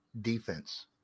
defense